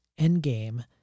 endgame